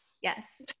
Yes